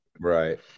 Right